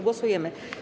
Głosujemy.